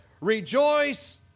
rejoice